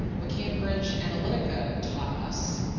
what cambridge analytica taught us,